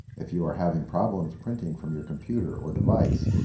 if you are having problems printing from your computer or device,